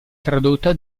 tradotta